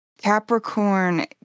Capricorn